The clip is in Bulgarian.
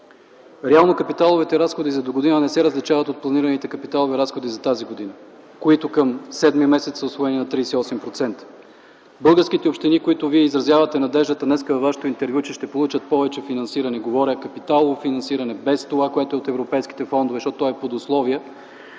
Реално капиталовите разходи за догодина не се различават от планираните капиталови разходи за тази година, които към м. юли са усвоени на 38%. Българските общини, за които Вие изразявате надеждата днес във Вашето интервю, че ще получат по-голямо финансиране – говоря за капиталово финансиране, без това от европейските фондове, защото то е под условие,